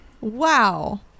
Wow